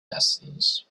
destinies